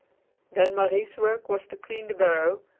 then marie's work was to clean the barrow,